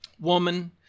woman